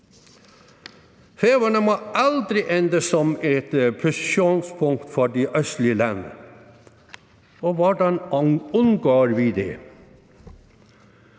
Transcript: Færøerne må aldrig ende som et pressionspunkt for de østlige lande. Og hvordan undgår vi det?